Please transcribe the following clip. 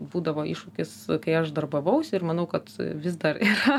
būdavo iššūkis kai aš darbavausi ir manau kad vis dar yra